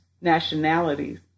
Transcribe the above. nationalities